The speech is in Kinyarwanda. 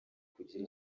kugira